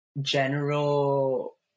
general